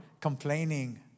complaining